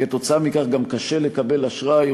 כתוצאה מכך גם קשה לקבל אשראי.